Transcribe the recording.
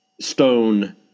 stone